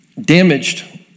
damaged